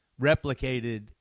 replicated